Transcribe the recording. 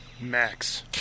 Max